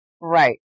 right